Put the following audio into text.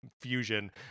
fusion